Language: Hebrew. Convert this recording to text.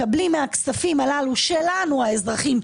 מהכספים הללו שלנו האזרחים,